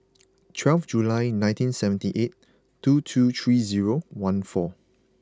twelve July nineteen seventy eight two two three zero one four